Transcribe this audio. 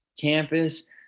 campus